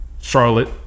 Charlotte